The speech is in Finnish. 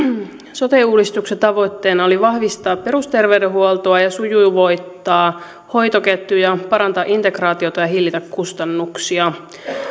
sote uudistuksen tavoitteena oli vahvistaa perusterveydenhuoltoa ja sujuvoittaa hoitoketjuja parantaa integraatiota ja hillitä kustannuksia